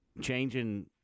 changing